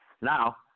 Now